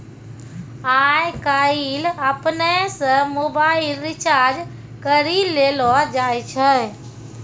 आय काइल अपनै से मोबाइल रिचार्ज करी लेलो जाय छै